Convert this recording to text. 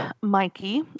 Mikey